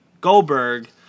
Goldberg